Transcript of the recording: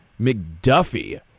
McDuffie